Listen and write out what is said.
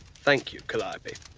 thank you, calliope.